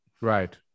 Right